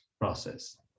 process